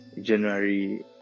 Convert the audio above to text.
January